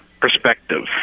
perspective